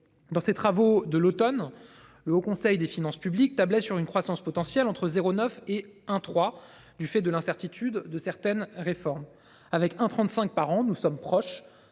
dans ces travaux de l'Automne, le Haut conseil des finances publiques tablait sur une croissance potentielle entre 0 9 et 1 3, du fait de l'incertitude de certaines réformes avec un 35 par an. Nous sommes proches,